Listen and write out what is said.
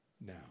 now